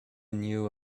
knew